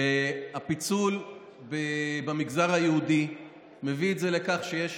הפיצול במגזר היהודי מביא את זה לכך שיש